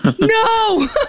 no